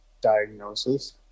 diagnosis